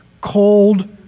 Cold